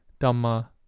Dhamma